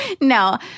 no